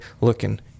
looking